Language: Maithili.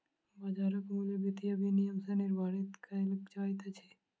बाजारक मूल्य वित्तीय विनियम सॅ निर्धारित कयल जाइत अछि